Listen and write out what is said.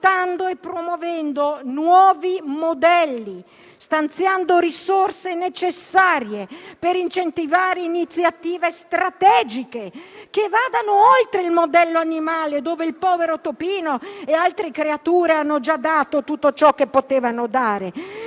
adottando e promuovendo nuovi modelli, stanziando risorse necessarie per incentivare iniziative strategiche che vadano oltre il modello animale, dove il povero topino e altre creature hanno già dato tutto ciò che potevano dare.